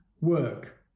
work